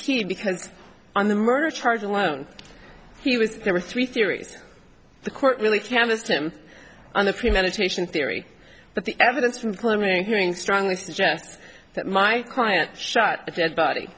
key because on the murder charge alone he was there were three theories the court really canvassed him on the premeditation theory but the evidence from claiming hearing strongly suggests that my client shot a dead body